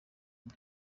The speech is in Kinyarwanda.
ine